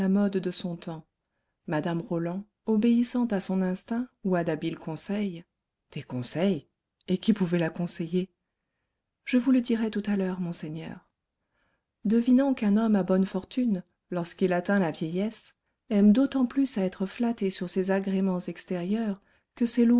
mode de son temps mme roland obéissant à son instinct ou à d'habiles conseils des conseils et qui pouvait la conseiller je vous le dirai tout à l'heure monseigneur devinant qu'un homme à bonnes fortunes lorsqu'il atteint la vieillesse aime d'autant plus à être flatté sur ses agréments extérieurs que ces